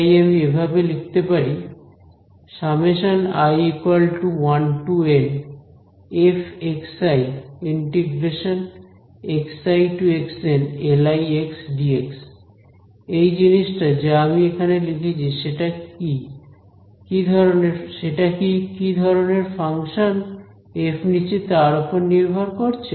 তাই আমি এভাবে লিখতে পারি f Lidx এই জিনিসটা যা আমি এখানে লিখেছি সেটাকি কি ধরনের ফাংশন f নিচ্ছি তার ওপর নির্ভর করছে